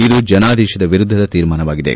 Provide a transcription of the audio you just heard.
ಇದು ಜನಾದೇತದ ವಿರುದ್ದದ ತೀರ್ಮಾನವಾಗಿದೆ